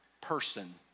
person